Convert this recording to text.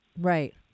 Right